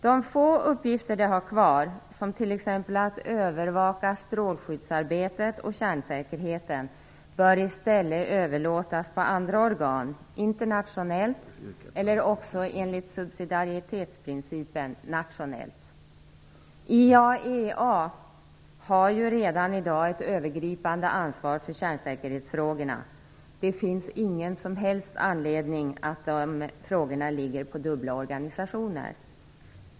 De få uppgifter det har kvar, t.ex. att övervaka strålskyddsarbetet och kärnsäkerheten, bör i stället överlåtas till andra organ - internationellt eller, enligt subsidiaritetsprincipen, nationellt. IAEA har ju redan i dag ett övergripande ansvar för kärnsäkerhetsfrågorna. Det finns ingen som helst anledning till att de frågorna skall ligga på dubbla organisationer.